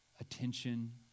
attention